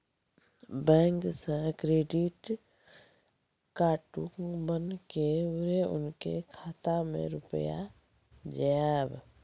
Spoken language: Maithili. बैंक से क्रेडिट कद्दू बन के बुरे उनके खाता मे रुपिया जाएब?